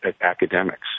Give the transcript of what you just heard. academics